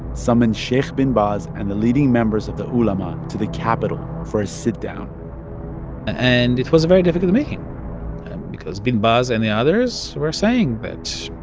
summoned sheikh ibn baz and the leading members of the ulema to the capital for a sit-down and it was a very difficult meeting because ibn baz and the others were saying that,